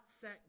set